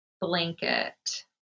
blanket